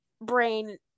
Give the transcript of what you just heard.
brain